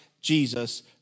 Jesus